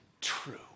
true